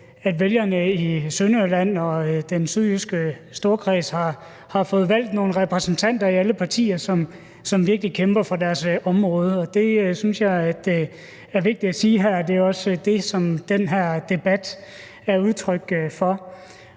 at vælgerne i Sønderjylland og den sydjyske storkreds har fået valgt nogle repræsentanter i alle partier, som virkelig kæmper for deres område. Det synes jeg er vigtigt at sige her, og det er også det, som den her debat er udtryk for.